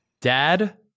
Dad